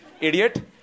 Idiot